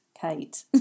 Kate